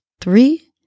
three